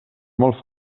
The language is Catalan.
molt